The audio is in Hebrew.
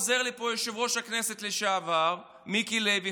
עוזר לי פה יושב-ראש הכנסת לשעבר מיקי לוי,